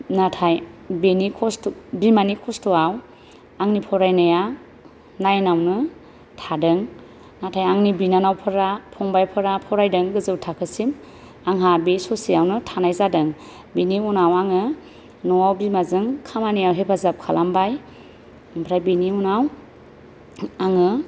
नाथाय बिनि कस्त' बिमानि कस्त'आव आंनि फरायनाया नाइनआवनो थादों नाथाय आंनि बिनानावफ्रा फंबाइफ्रा फरायदों गोजौ थाखोसिम आंहा बे ससेआवनो थानाय जादों बिनि उनाव आंङो न'आव बिमाजों खामानियाव हेफाजाब खालामबाय ओमफ्राय बिनि उनाव आङो